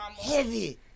Heavy